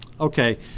Okay